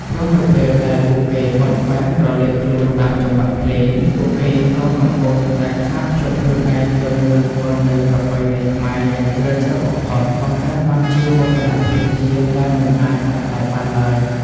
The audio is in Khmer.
ព្រោះនៅពេលដែលពួកគេបត់បែនក្រឡេកខ្លួនតាមចង្វាក់ភ្លេង ពួកគេក៏កំពុងតែផ្សារភ្ជាប់ខ្លួនឯងទៅនឹងឫសគល់នៃប្រពៃណីខ្មែរយ៉ាងជ្រាលជ្រៅបំផុត បង្កើតបានជាមោទនភាពជាតិដែលមិនអាចកាត់ថ្លៃបានឡើយ។